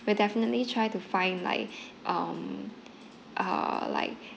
we'll definitely try to find like um uh like